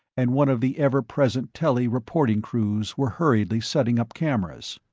and one of the ever-present telly reporting crews were hurriedly setting up cameras.